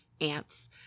ants